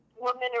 Woman